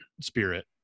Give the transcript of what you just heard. spirit